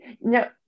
No